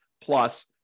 plus